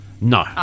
No